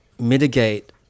mitigate